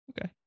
Okay